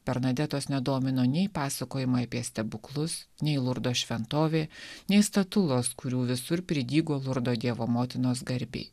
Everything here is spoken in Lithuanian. bernadetos nedomino nei pasakojimai apie stebuklus nei lurdo šventovė nei statulos kurių visur pridygo lurdo dievo motinos garbei